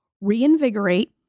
Reinvigorate